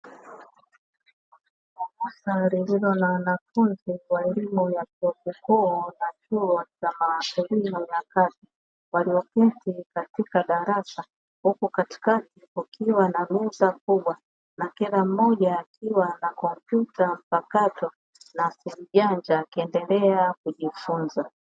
Darasa lililo na wanafunzi wa elimu ya chuo kikuu na chuo cha maashirio ya ya kati, walioketi katika darasa, huku katikati kukiwa na durusa kubwa na kila mmoja akiwa na komputa mpakato na simu janja akiendelea kujifunza.